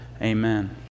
Amen